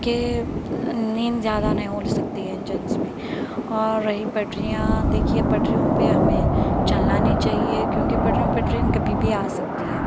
کہ نیند زیادہ نہیں ہول سکتی ہے جینس میں اور رہی پٹریاں دیکھیے پٹریوں پہ ہمیں چلنا نہیں چاہیے کیونکہ پٹریوں پہ ٹرین کبھی بھی آ سکتی ہے